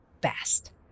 best